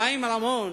חיים רמון